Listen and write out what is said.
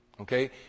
Okay